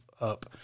up